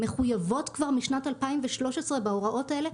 מחויבות כבר משנת 2013 בהוראות האלה,